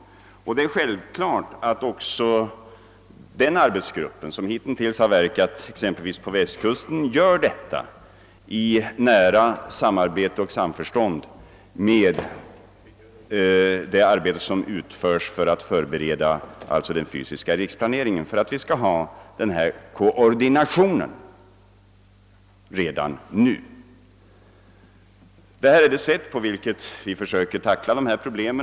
Det är självklart att också den arbetsgrupp, som hitintills har verkat på Västkusten, bedriver sin verksamhet i nära samarbete och samförstånd med det arbete som pågår med att förbereda den fysiska riksplaneringen, så att vi får en koordination redan nu. Detta är det sätt på vilket vi försöker tackla dessa problem.